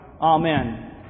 Amen